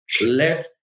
let